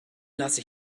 lasse